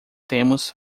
temos